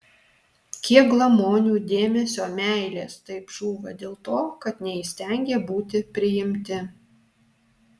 kiek glamonių dėmesio meilės taip žūva dėl to kad neįstengė būti priimti